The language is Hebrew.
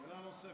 חברת הכנסת